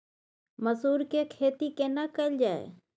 मसूर के खेती केना कैल जाय?